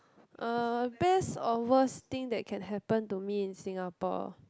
uh best or worst thing that can happen to me in Singapore